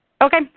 Okay